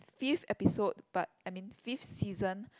fifth episode but I mean fifth season